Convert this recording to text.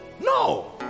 No